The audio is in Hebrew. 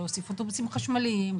אוטובוסים חשמליים,